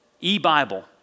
E-Bible